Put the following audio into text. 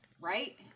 Right